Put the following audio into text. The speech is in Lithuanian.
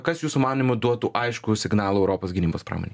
kas jūsų manymu duotų aiškų signalą europos gynybos pramonei